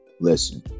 Listen